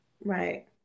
Right